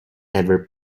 ever